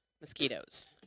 mosquitoes